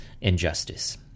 injustice